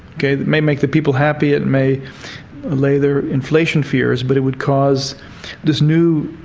ok? it may make the people happy, it may allay their inflation fears, but it would cause this new,